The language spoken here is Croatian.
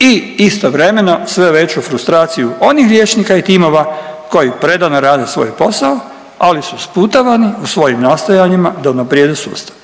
i istovremeno sve veću frustraciju onih liječnika i timova koji predano rade svoj posao, ali su sputavani u svojim nastojanjima da unaprijede sustav.